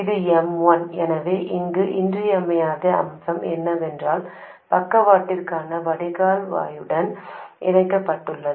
இது M1 எனவே இங்கு இன்றியமையாத அம்சம் என்னவென்றால் பக்கவாட்டிற்காக வடிகால் வாயிலுடன் இணைக்கப்பட்டுள்ளது